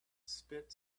spit